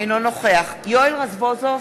אינו נוכח יואל רזבוזוב,